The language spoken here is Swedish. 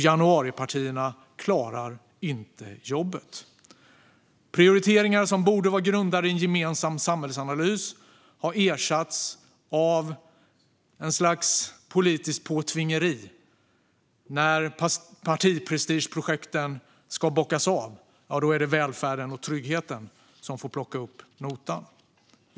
Januaripartierna klarar inte jobbet. Prioriteringar som borde vara grundade i en gemensam samhällsanalys har ersatts av ett slags politiskt påtvingeri. När partiprestigeprojekten ska bockas av är det välfärden och tryggheten som får plocka upp notan.